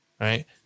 right